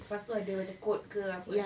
lepas tu ada macam code ke apa eh